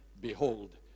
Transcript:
behold